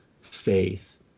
faith